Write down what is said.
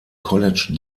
college